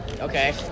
Okay